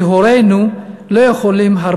כי הורינו לא יכולים,